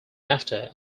after